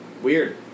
weird